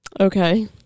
Okay